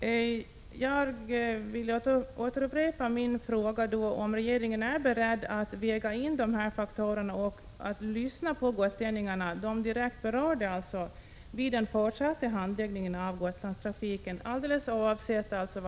Jag vill upprepa min fråga: Är regeringen beredd att väga in dessa faktorer och lyssna på gotlänningarna — de direkt berörda — vid den fortsatta